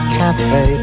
cafe